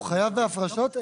הוא חייב בהפרשות.